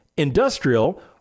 industrial